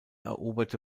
eroberte